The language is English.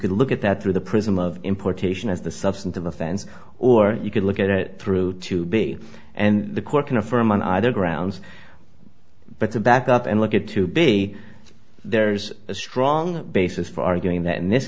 could look at that through the prism of importation as the substantive offense or you could look at it through to be and the court can affirm on either grounds but to back up and look at two big there's a strong basis for arguing that in this